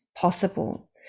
possible